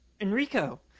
enrico